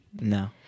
No